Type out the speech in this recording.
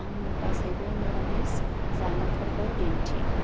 आंनो गासैबो निरामिस जामुंफोरखौ दिन्थि